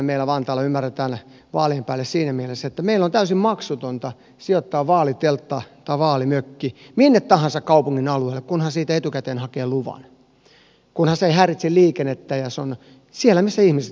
meillä vantaalla ymmärretään vaalien päälle siinä mielessä että meillä on täysin maksutonta sijoittaa vaaliteltta tai vaalimökki minne tahansa kaupungin alueelle kunhan siihen etukäteen hakee luvan ja kunhan se ei häiritse liikennettä ja se on siellä missä ihmiset liikkuvat